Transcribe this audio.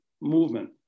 movement